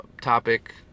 topic